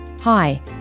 Hi